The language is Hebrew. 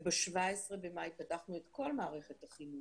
וב-17 למאי פתחנו את כול מערכת החינוך,